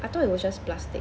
I thought it was just plastic